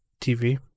TV